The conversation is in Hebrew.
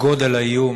גודל האיום